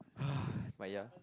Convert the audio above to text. but ya